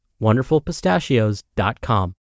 wonderfulpistachios.com